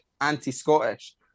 anti-Scottish